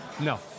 No